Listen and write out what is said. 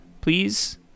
please